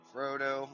Frodo